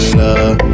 love